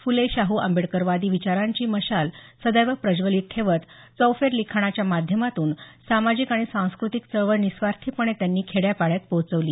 फुले शाहू आंबेडकरवादी विचारांची मशाल सदैव प्रज्वलित ठेवत चौफेर लिखाणाच्या माध्यमातून सामाजिक आणि सांस्कृतिक चळवळ निस्वार्थीपणे त्यांनी खेड्यापाड्यात पोहोचविली